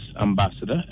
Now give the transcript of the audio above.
Ambassador